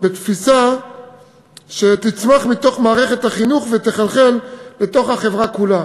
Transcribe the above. ותפיסה שתצמח מתוך מערכת החינוך ותחלחל לתוך החברה כולה.